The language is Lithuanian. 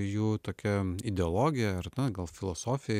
jų tokia ideologija ar na gal filosofija